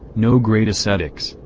no great ascetics,